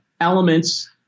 elements